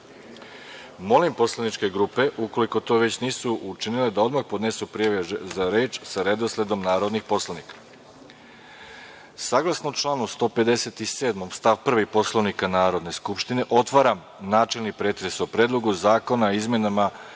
grupe. Molim poslaničke grupe, ukoliko to već nisu učinile, da odmah podnesu prijave za reč sa redosledom narodnih poslanika. Saglasno članu 157. stav 1. Poslovnika Narodne skupštine, otvaram načelni pretres o Predlogu zakona o izmenama